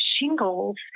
shingles